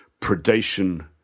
predation